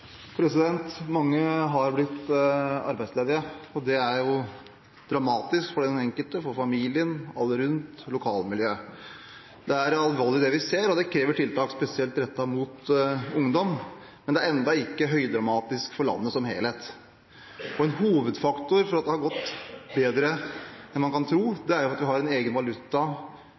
jo dramatisk for den enkelte, for familien, for alle rundt og for lokalmiljøet. Det er alvorlig det vi ser, og det krever tiltak spesielt rettet mot ungdom. Men det er ennå ikke høydramatisk for landet som helhet. En hovedfaktor for at det har gått bedre enn man kan tro,